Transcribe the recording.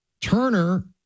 Turner